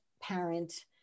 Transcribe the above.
parent